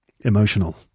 Emotional